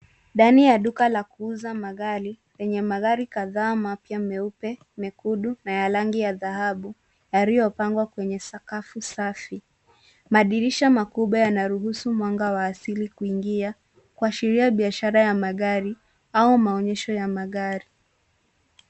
Ndani ya duka la kuuza magari penye magari kadhaa mapya meupe, mekundu na ya rangi ya dhahabu yaliopangwa kwenye sakafu safi madirisha makubwa yanaruhusu mwanga wa asili kuingia kuashiria biashara ya magari au maonyesho ya magari.